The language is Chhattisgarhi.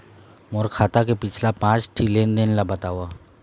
मोर खाता के पिछला पांच ठी लेन देन ला बताव?